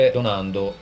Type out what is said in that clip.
donando